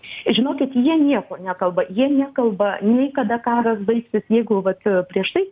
žinokit jie nieko nekalba jie nekalba nei kada karas baigsis jeigu vat prieš tai